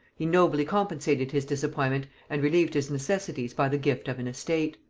he nobly compensated his disappointment and relieved his necessities by the gift of an estate.